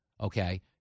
okay